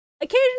occasionally